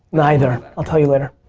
neither. i'll tell you later.